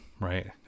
right